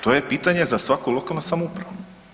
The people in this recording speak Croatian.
To je pitanje za svaku lokalnu samoupravu.